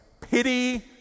pity